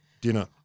dinner